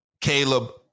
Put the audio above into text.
Caleb